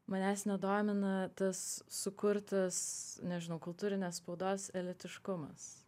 manęs nedomina tas sukurtas nežinau kultūrinės spaudos elitiškumas